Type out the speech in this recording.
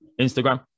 Instagram